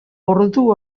ordu